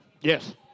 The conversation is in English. Yes